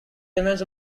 remains